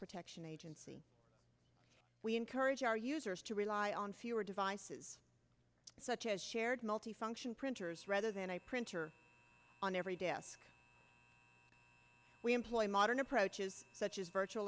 protection agency we encourage our users to rely on fewer devices such as shared multifunction printers rather than a printer on every desk we employ modern approaches such as virtual